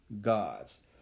God's